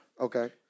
Okay